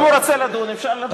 אם הוא רוצה לדון, אפשר לדון.